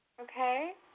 Okay